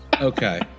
Okay